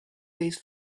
days